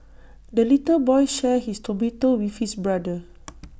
the little boy shared his tomato with his brother